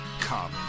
Come